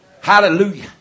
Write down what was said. Hallelujah